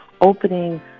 opening